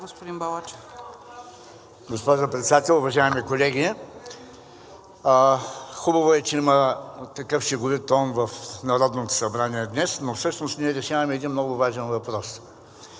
(ГЕРБ-СДС): Госпожо Председател, уважаеми колеги! Хубаво е, че има такъв шеговит тон в Народното събрание днес, но всъщност ние решаваме един много важен въпрос.